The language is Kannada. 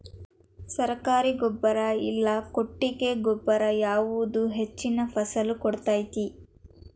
ಸರ್ಕಾರಿ ಗೊಬ್ಬರ ಇಲ್ಲಾ ಕೊಟ್ಟಿಗೆ ಗೊಬ್ಬರ ಯಾವುದು ಹೆಚ್ಚಿನ ಫಸಲ್ ಕೊಡತೈತಿ?